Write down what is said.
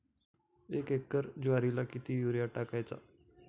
एक एकर ज्वारीला किती युरिया टाकायचा?